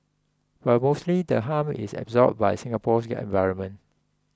but mostly the harm is absorbed by Singapore's environment